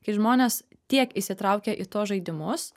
kai žmonės tiek įsitraukia į tuos žaidimus